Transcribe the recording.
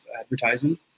advertising